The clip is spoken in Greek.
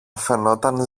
φαινόταν